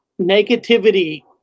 negativity